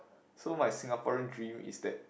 so my Singaporean dream is that